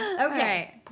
Okay